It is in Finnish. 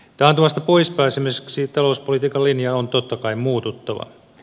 taantumasta pois pääsemiseksi talouspolitiikan linjan on totta kai muututtava